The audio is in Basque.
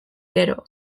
gero